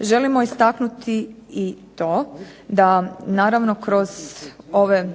Želimo istaknuti i to da naravno kroz ove